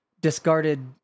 discarded